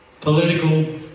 political